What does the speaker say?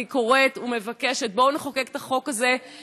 אני קוראת ומבקשת, בואו נחוקק את החוק הזה בהקדם.